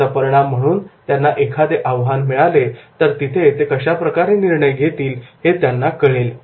याचा परिणाम म्हणून त्यांना एखादे आव्हान मिळाले तर तिथे ते कशाप्रकारे निर्णय घेतील हे त्यांना कळेल